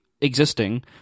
existing